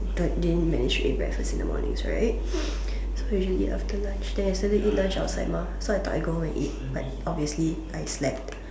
but didn't manage to eat breakfast in the mornings right so usually eat after lunch then yesterday eat lunch outside mah so I thought I go home and eat but obviously I slept